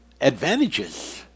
advantages